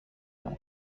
nom